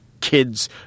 kids